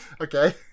Okay